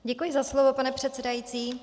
Děkuji za slovo, pane předsedající.